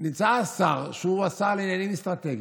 נמצא השר, שהוא השר לעניינים אסטרטגיים.